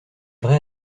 vrai